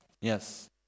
Yes